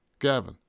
Gavin